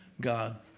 God